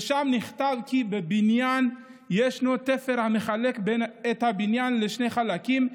ושם נכתב כי בבניין ישנו תפר המחלק את הבניין לשני חלקים,